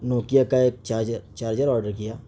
Nokia کا ایک charger charger order کیا